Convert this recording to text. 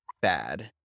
bad